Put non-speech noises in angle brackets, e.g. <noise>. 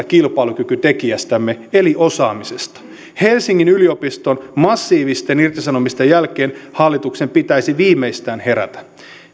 <unintelligible> kilpailukykytekijästämme eli osaamisesta helsingin yliopiston massiivisten irtisanomisten jälkeen hallituksen pitäisi viimeistään herätä